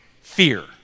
fear